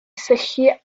syllu